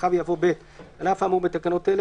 ואחריו יבוא: "(ב)על אף האמור בתקנות אלה,